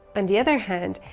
on the other hand,